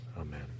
Amen